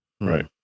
right